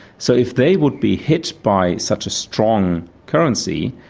so if they would be hit by such a strong currency,